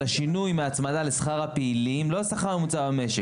ע שכר הפעלים ולא על השכר הממוצע במשק,